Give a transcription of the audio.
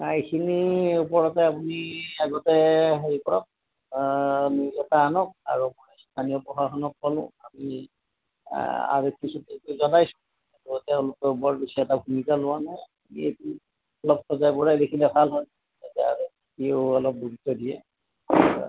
নাই এইখিনিৰ ওপৰতে আপুনি আগতে হেৰি কৰক নিউজ এটা আনক আৰু স্থানীয় প্ৰশাসনক ক'লোঁ আপুনি আগে পিছে জনাইছোঁ তেওঁলোকেও বৰ বেছি এটা ভূমিকা লোৱা নাই সেয়েহে অলপ সজাই পৰাই লিখিলে ভাল হয় তেতিয়া অলপ গুৰুত্ৱ দিয়ে